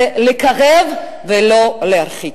זה לקרב ולא להרחיק,